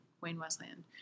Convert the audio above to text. Wayne-Westland